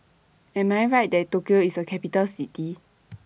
Am I Right that Tokyo IS A Capital City